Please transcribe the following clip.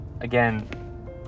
again